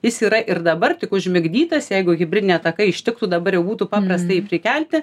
jis yra ir dabar tik užmigdytas jeigu hibridinė ataka ištiktų dabar jau būtų paprasta jį prikelti